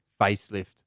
facelift